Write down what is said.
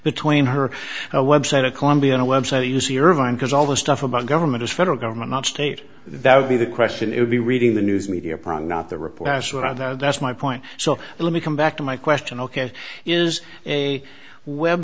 between her website a colombian website u c irvine because all the stuff about government is federal government not state that would be the question it would be reading the news media probably not the report that's my point so let me come back to my question ok is a web